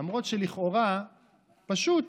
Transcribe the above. למרות שלכאורה זה פשוט,